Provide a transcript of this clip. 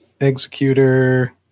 Executor